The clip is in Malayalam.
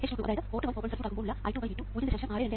h22 അതായത് പോർട്ട് വൺ ഓപ്പൺ സർക്യൂട്ട് ആകുമ്പോൾ ഉള്ള I2 V2 0